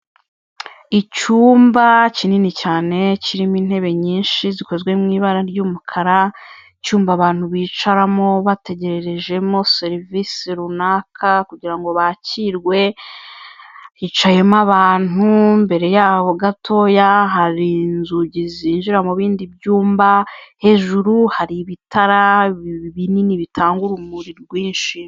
Icyumba kinini cyane kirimo intebe nyinshi zikozwe mu ibara ry'umukara, icyumba abantu bicaramo bategererejemo serivisi runaka kugira ngo bakirwe, hicayemo abantu imbere yaho gatoya hari inzugi zinjira mu bindi byumba, hejuru hari ibitara binini bitanga urumuri rwinshi.